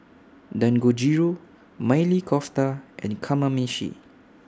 Dangojiru Maili Kofta and Kamameshi